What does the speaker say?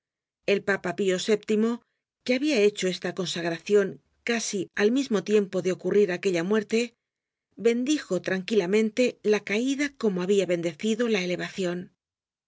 el papa pío vii que habia hecho esta consagracion casi al mismo tiempo de ocurrir aquella muerte bendijo tranquilamente la caida como habia bendecido la elevacion hubo